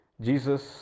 Jesus